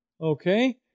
Okay